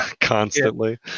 constantly